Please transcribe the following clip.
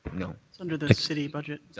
no. it's under the city budget.